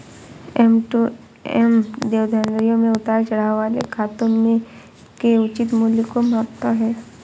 M to M देनदारियों में उतार चढ़ाव वाले खातों के उचित मूल्य को मापता है